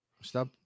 Stop